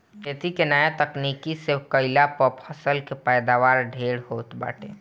खेती के नया तकनीकी से कईला पअ फसल के पैदावार ढेर होत बाटे